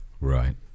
Right